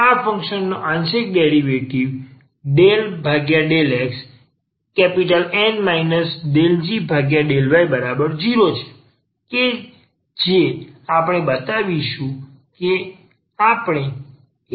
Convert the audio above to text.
આ ફંક્શન નો આંશિક ડિફરનસીએટ ∂xN ∂g∂y0 છે કે જે આપણે હવે બતાવીશું